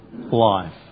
life